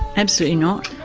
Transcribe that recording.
absolutely not.